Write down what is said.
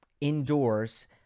indoors